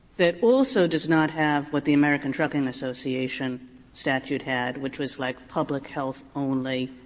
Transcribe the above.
that also does not have what the american trucking association statute had, which was like public health only,